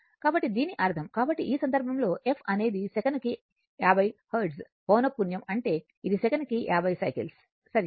కాబట్టి దీని అర్థం కాబట్టి ఈ సందర్భంలో f అనేది సెకనుకు 50 హెర్ట్జ్ పౌనఃపున్యం అంటే ఇది సెకనుకు 50 సైకిల్స్ సరియైనది